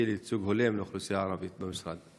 לייצוג הולם לאוכלוסייה הערבית במשרד?